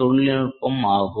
தொழில்நுட்பம் ஆகும்